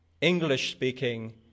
English-speaking